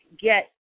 get